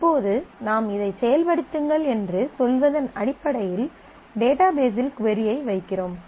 இப்போது நாம் இதைச் செயல்படுத்துங்கள் என்று சொல்வதன் அடிப்படையில் டேட்டாபேஸில் கொரி ஐ வைக்கிறோம்